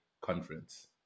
conference